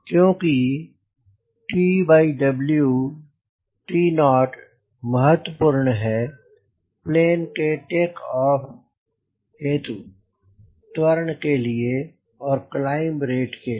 क्योंकि TO महत्वपूर्ण है प्लेन के टेक ऑफ हेतु त्वरण के लिए और क्लाइंब रेट के लिए